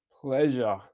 Pleasure